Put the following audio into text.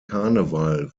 karneval